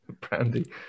Brandy